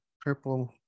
purple